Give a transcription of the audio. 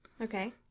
Okay